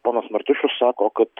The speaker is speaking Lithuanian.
ponas martišius sako kad